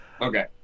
okay